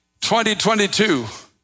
2022